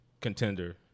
Contender